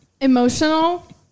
Emotional